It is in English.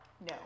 No